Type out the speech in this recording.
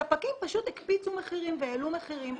הספקים פשוט הקפיצו מחירים והעלו מחירים,